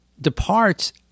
departs